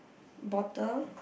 bottle